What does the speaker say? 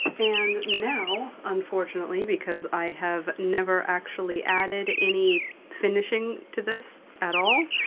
and now unfortunately, because i have never actually added any finishing to this at all,